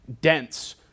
dense